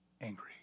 angry